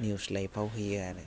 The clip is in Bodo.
निउस लाइभआव होयो आरो